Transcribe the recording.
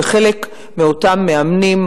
וחלק מאותם מאמנים,